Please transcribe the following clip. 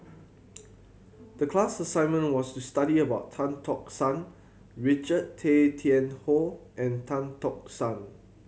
the class assignment was to study about Tan Tock San Richard Tay Tian Hoe and Tan Tock San